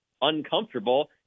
uncomfortable